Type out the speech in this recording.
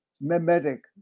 mimetic